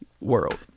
world